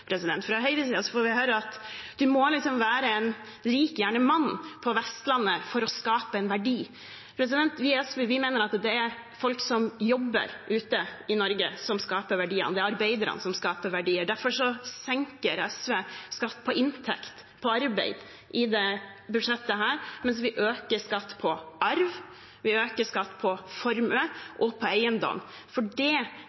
Fra Høyres side får vi høre at man må liksom være rik – gjerne mann – og fra Vestlandet for å skape verdier. Vi i SV mener at det er folk som jobber ute i Norge, som skaper verdiene. Det er arbeiderne som skaper verdier. Derfor senker SV skatt på inntekt på arbeid i dette budsjettet, mens vi øker skatt på arv, vi øker skatt på